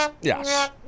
Yes